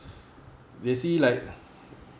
they see like